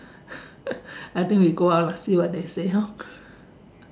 I think we go out lah see what they say hor